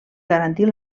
garantir